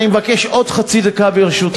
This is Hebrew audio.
אני מבקש עוד חצי דקה, ברשותך.